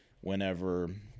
whenever